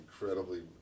incredibly